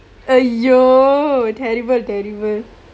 !aiyo! terrible terrible